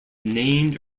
named